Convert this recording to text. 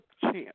chance